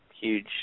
huge